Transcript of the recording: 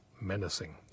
menacing